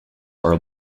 are